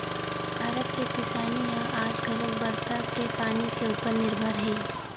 भारत के किसानी ह आज घलो बरसा के पानी के उपर निरभर हे